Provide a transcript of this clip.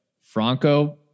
Franco